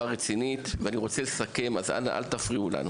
רצינית ואני רוצה לסכם אז אנא אל תפריעו לנו.